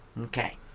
Okay